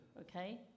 Okay